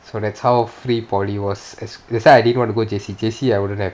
so that's how free polytechnic was as~ that's why I didn't want to go J_C J_C I wouldn't have